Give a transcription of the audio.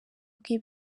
bwe